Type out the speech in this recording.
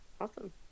Awesome